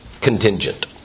contingent